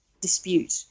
dispute